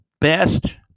best